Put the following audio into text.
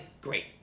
great